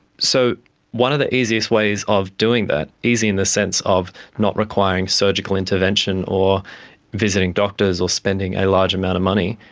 so one of the easiest ways of doing that, easy in the sense of not requiring surgical intervention or visiting doctors or spending a large amount of money,